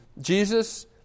Jesus